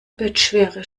bettschwere